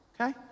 okay